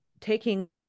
taking